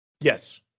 Yes